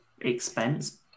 expense